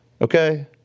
okay